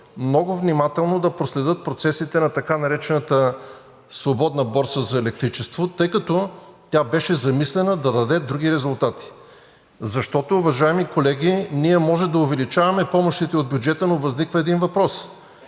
много внимателно да проследят процесите на така наречената свободна борса за електричество, тъй като тя беше замислена да даде други резултати. Защото, уважаеми колеги, ние може да увеличаваме помощите от бюджета, но възниква един въпрос: